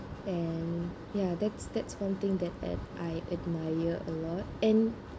and ya that's that's one thing that ad~ I admire a lot and